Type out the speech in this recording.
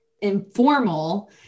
informal